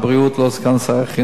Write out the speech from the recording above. לא סגן שר החינוך,